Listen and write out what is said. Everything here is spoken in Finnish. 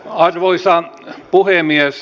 arvoisa puhemies